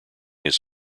his